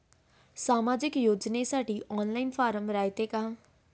सामाजिक योजनेसाठी online form रायते का?